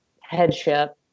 headship